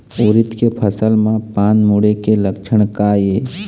उरीद के फसल म पान मुड़े के लक्षण का ये?